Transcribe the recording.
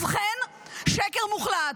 ובכן, שקר מוחלט.